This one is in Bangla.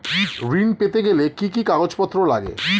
ঋণ পেতে গেলে কি কি কাগজপত্র লাগে?